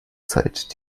zeit